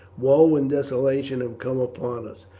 woe and desolation have come upon us.